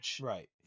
right